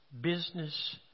business